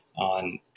on